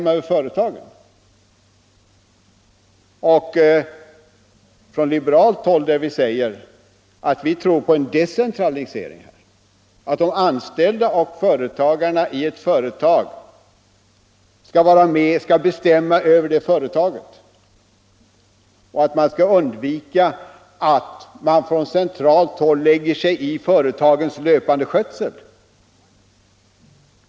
Vi på den liberala sidan säger att vi tror på en decentralisering, att de anställda och företagarna i ett företag gemensamt bestämmer i företaget men att man skall försöka undvika att någon från centralt håll lägger sig i företagets löpande skötsel.